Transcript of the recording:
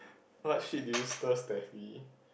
what shit did you stir Stefanie